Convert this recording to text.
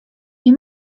nie